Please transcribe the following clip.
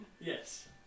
Yes